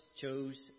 chose